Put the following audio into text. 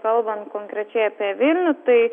kalbant konkrečiai apie vilnių tai